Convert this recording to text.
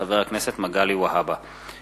מאת חברי הכנסת אורי אורבך ואורי מקלב,